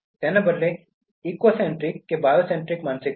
તેના બદલે આ ઇકોકેન્દ્રીક અથવા બાયોસેન્ટ્રિક માનસિકતા લો